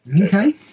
okay